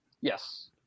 Yes